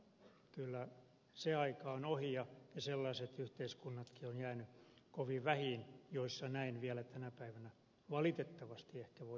kyllä se aika on ohi ja sellaiset yhteiskunnat ovat jääneet kovin vähiin joissa näin vielä tänä päivänä valitettavasti ehkä voidaan menetellä